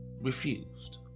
refused